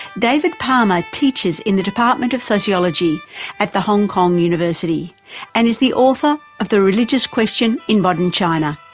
david palmer teaches in the department of sociology at the hong kong university and is the author of the religious question in modern china.